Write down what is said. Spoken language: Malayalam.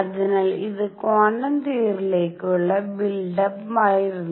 അതിനാൽ ഇത് ക്വാണ്ടം തിയറിലേക്കുള്ള ബിൽഡ് അപ്പ് ആയിരുന്നു